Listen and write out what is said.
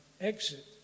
exit